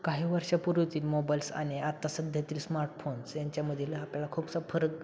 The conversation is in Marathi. काही वर्षापूर्वीतील मोबाईल्स आणि आत्ता सध्यातील स्मार्टफोन्स यांच्यामधील आपल्याला खूपसा फरक